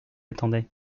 attendait